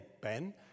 Ben